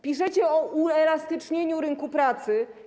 Piszecie o uelastycznieniu rynku pracy.